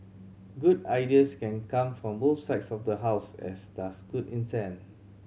good ideas can come from both sides of the House as does good intent